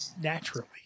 naturally